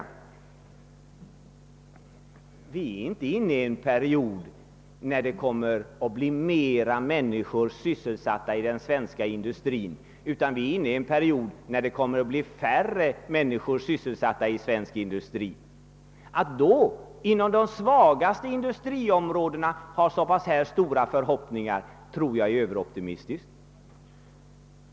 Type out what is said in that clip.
Vi är inte inne i en period när fler människor sysselsätts i den svenska industrin, utan vi är inne i en period när färre människor kommer att få sysselsättning inom svensk industri. Att inom de svagaste industriområdena då hysa så här stora förhoppningar tror jag är överoptimistiskt.